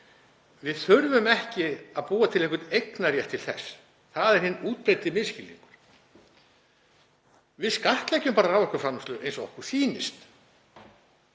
við þurfum ekki að búa til einhvern eignarrétt til þess. Það er hinn útbreiddi misskilningur. Við skattleggjum bara raforkuframleiðslu eins og okkur sýnist